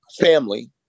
family